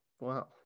wow